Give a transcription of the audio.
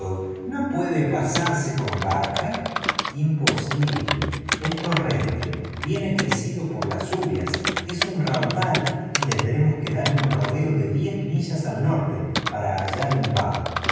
no puede pasarse con barca imposible el torrente viene crecido por las lluvias es un raudal y tendremos que dar un rodeo de diez millas al norte para hallar un vado